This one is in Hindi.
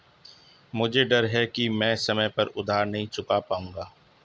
मुझे डर है कि मैं समय पर उधार नहीं चुका पाऊंगा